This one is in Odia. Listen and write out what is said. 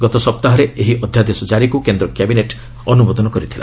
ଗତ ସପ୍ତାହରେ ଏହି ଅଧ୍ୟାଦେଶ ଜାରିକ୍ତ କେନ୍ଦ୍ର କ୍ୟାାବିନେଟ୍ ଅନ୍ତ୍ରମୋଦନ କରିଥିଲା